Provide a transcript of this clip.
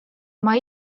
oma